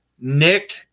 nick